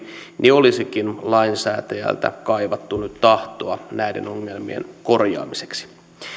olisikin lainsäätäjältä kaivattu tahtoa näiden ongelmien korjaamiseksi